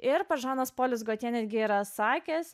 ir žanas polis gotje netgi yra sakęs